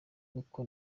uko